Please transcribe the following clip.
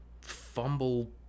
fumble